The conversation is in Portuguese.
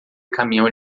caminhão